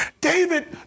David